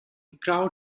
crowd